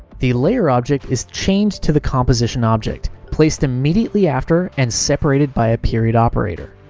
the layer object is chained to the composition object, placed immediately after and separated by a period operator.